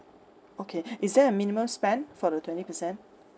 okay is there a minimum spend for the twenty percent